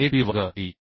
1 pi वर्ग E